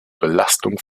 belastung